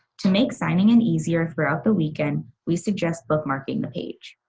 to make signing and easier throughout the weekend we suggest bookmarking the page.